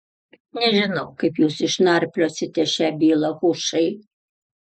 nežinau kaip jūs išnarpliosite šią bylą hušai